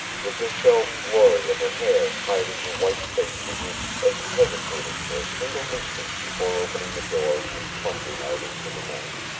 the disheveled glory of her hair hiding her white face from him as he hesitated for a single instant before opening the door and plunging out into the night.